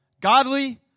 Godly